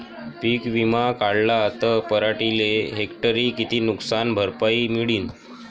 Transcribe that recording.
पीक विमा काढला त पराटीले हेक्टरी किती नुकसान भरपाई मिळीनं?